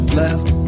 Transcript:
left